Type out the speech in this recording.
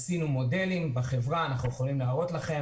עשינו מודלים בחברה ואנחנו יכולים להראות לכם,